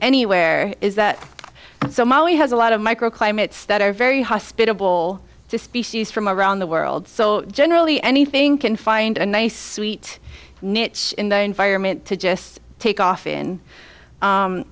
anywhere is that so mali has a lot of micro climates that are very hospitable to species from around the world so generally anything can find a nice sweet niche in the environment to just take off